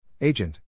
Agent